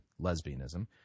lesbianism